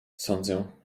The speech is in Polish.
sądzę